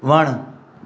वणु